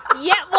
yeah.